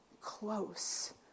close